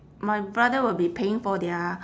my brother will be paying for their